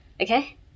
okay